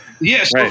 Yes